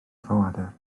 ffoadur